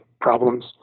problems